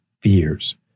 fears